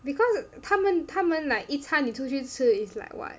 because 他们他们 like it's hard 你出去吃 is like what